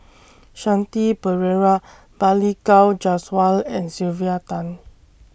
Shanti Pereira Balli Kaur Jaswal and Sylvia Tan